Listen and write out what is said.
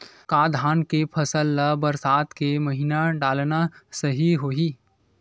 का धान के फसल ल बरसात के महिना डालना सही होही?